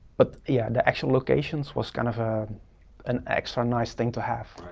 but yeah, the actual location was kind of ah an extra nice thing to have.